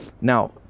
Now